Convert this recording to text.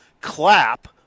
Clap